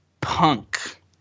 Punk